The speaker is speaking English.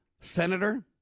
Senator